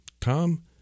Tom